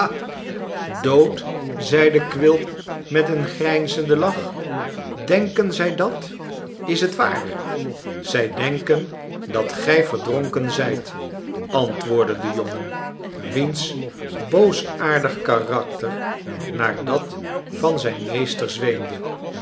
dood zeide quilp met een grijnzenden lach denken zij dat is het waar zij denken dat gij verdronken zijt antwoordde de jongen wiens boosaardig karakter naar dat van zijn meester zweemde